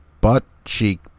butt-cheek